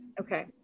Okay